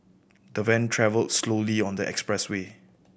the van travelled slowly on the expressway